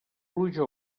pluja